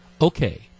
okay